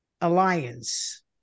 alliance